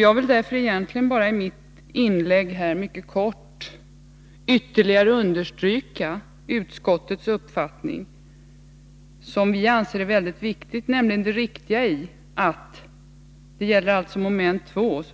Jag vill därför i mitt inlägg bara mycket kortfattat ytterligare understryka utskottets uppfattning beträffande mom. 2 och